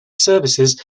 services